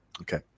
Okay